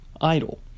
idle